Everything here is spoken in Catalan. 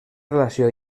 relació